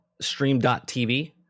Stream.TV